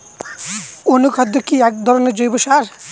অনুখাদ্য কি এক ধরনের জৈব সার?